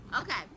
Okay